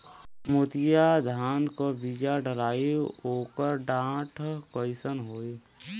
मोतिया धान क बिया डलाईत ओकर डाठ कइसन होइ?